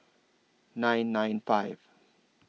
nine nine five